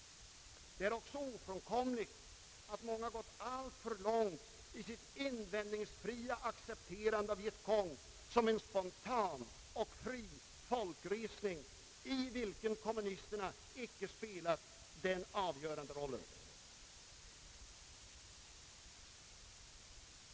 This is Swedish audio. Det är också ofrånkomligt att många har gått alltför långt i sitt invändningsfria accepterande av Vietcong såsom en spontan och fri folkresning, i vilken kommunisterna icke spelat den avgörande rollen.